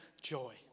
joy